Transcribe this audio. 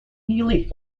nearly